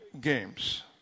games